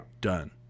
Done